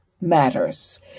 Matters